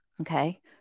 Okay